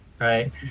right